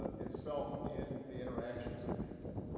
ah itself in the interactions of people.